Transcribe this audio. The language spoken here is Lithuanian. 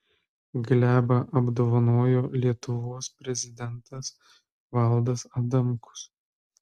glebą apdovanojo lietuvos prezidentas valdas adamkus